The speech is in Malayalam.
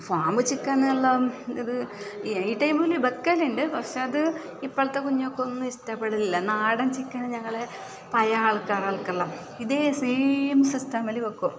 ഫാം ചിക്കനെല്ലാം ഇത് ഈ ടൈമില് വെക്കലുണ്ട് പക്ഷെ അത് ഇപ്പോളത്തെ കുഞ്ഞുങ്ങൾക്കൊന്നും ഇഷ്ടപ്പെടില്ല നാടൻ ചിക്കനെ ഞങ്ങള് പഴയ ആൾക്കാർ ഇതേ സെയിം സിസ്റ്റത്തില് വെക്കും